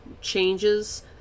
changes